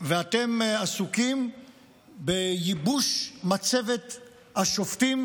ואתם עסוקים בייבוש מצבת השופטים,